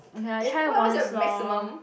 okay I try once lor